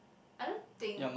I don't think